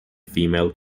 female